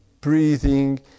breathing